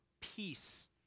peace